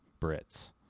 Brits